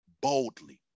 boldly